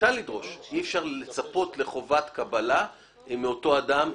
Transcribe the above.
רק אי אפשר לצפות לקבלה מאותו אדם.